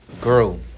girl